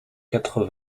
quatre